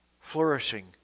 flourishing